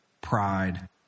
pride